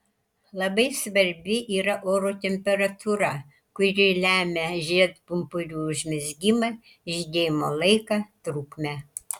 labai svarbi yra oro temperatūra kuri lemia žiedpumpurių užmezgimą žydėjimo laiką trukmę